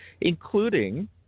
including